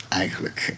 eigenlijk